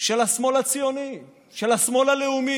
של השמאל הציוני, של השמאל הלאומי.